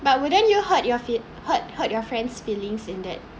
but would then you hurt your fee~ hurt hurt your friends feelings in that